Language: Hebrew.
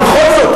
אבל בכל זאת,